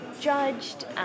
judged